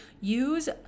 use